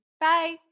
Bye